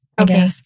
Okay